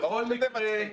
ברור שזה מצחיק.